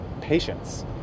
patience